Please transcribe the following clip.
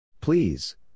Please